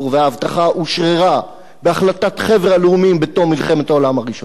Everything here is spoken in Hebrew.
וההבטחה אושררה בהחלטת חבר-הלאומים בתום מלחמת העולם הראשונה.